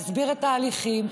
להסביר את ההליכים,